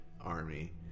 Army